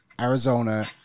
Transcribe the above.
Arizona